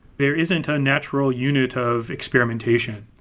there isn't a natural unit of experimentation.